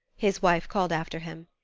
his wife called after him.